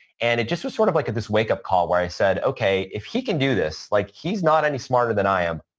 and it just was sort of like this wakeup call where i said, okay. if he can do this, like he's not any smarter than i am,